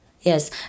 Yes